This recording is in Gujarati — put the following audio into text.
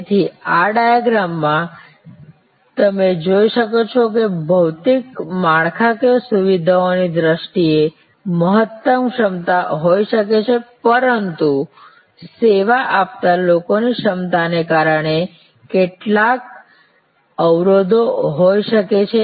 તેથી આ ડિયગ્રામ માં તમે જોઈ શકો છો કે ભૌતિક માળખાકીય સુવિધાઓની દ્રષ્ટિએ મહત્તમ ક્ષમતા હોઈ શકે છે પરંતુ સેવા આપતા લોકોની ક્ષમતાને કારણે કેટલાક અવરોધો હોઈ શકે છે